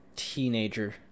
Teenager